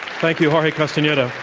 thank you, jorge castaneda.